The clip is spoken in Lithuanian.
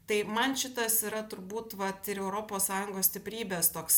tai man šitas yra turbūt vat ir europos sąjungos stiprybės toks